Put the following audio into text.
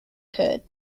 could